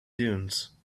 dunes